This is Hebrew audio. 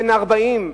בן 40,